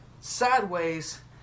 sideways